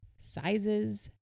sizes